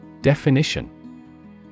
Definition